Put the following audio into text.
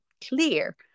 clear